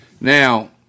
Now